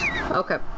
Okay